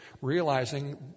realizing